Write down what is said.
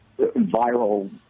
viral